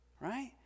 right